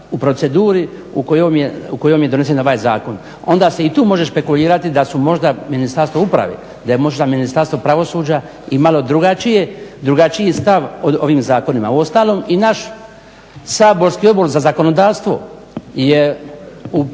u proceduri u kojem je donesen ovaj zakon. Onda se i tu može špekulirati da je možda Ministarstvo uprave da je možda Ministarstvo pravosuđa imalo drugačiji stav o ovim zakonima. U ostalom i naš saborski Odbor za zakonodavstvo je u